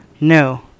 No